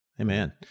Amen